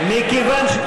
מכיוון,